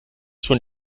schon